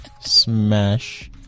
Smash